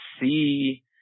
see –